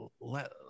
let